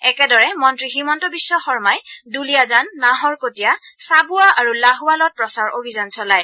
একেদৰে মন্ত্ৰী হিমন্ত বিশ্ব শৰ্মাই দুলীয়াজান নাহৰকটীয়া চাবুৱা আৰু লাহোৱালত প্ৰচাৰ অভিযান চলায়